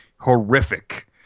horrific